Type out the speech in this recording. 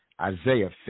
Isaiah